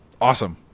awesome